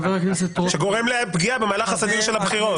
שגורם לפגיעה במהלך הסדיר של הבחירות.